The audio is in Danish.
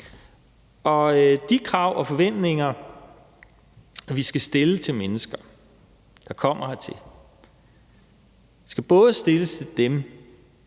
De krav og forventninger, vi skal stille til mennesker, der kommer hertil, skal både stilles til dem,